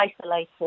isolated